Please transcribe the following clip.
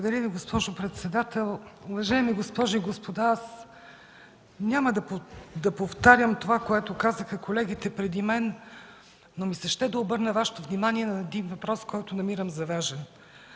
Благодаря Ви, госпожо председател. Уважаеми госпожи и господа, няма да повтарям това, което казаха колегите преди мен, но ми се ще да обърна Вашето внимание на един въпрос, който намирам за важен.